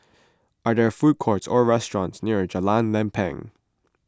are there food courts or restaurants near Jalan Lempeng